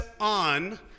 on